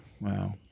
wow